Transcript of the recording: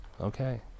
Okay